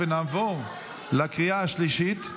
נעבור לקריאה השלישית,